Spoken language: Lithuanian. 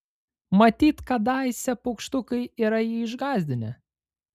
matyt kadaise paukštukai yra jį išgąsdinę